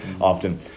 often